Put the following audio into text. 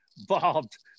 involved